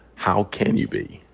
how can you be?